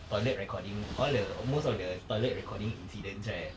toilet recording all the most of the toilet recording incidents right